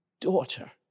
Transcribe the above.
Daughter